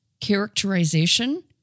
characterization